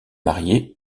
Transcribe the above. marié